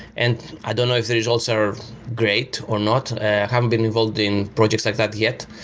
and i don't know if that is also great or not. i haven't been involved in projects like that yet,